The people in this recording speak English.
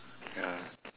ya